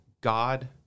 God